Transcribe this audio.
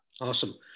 Awesome